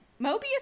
Mobius